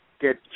get